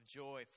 joy